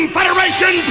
Federation